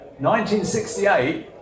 1968